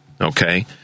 Okay